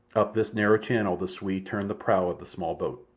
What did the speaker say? up this narrow channel the swede turned the prow of the small boat.